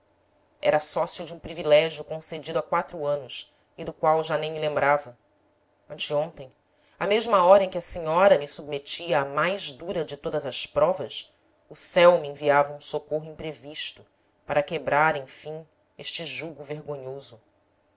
era sócio de um privilégio concedido há quatro anos e do qual já nem me lembrava anteontem à mes ma hora em que a senhora me submetia à mais dura de todas as provas o céu me enviava um socorro imprevisto para quebrar enfim este jugo vergonhoso